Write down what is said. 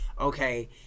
okay